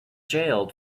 jailed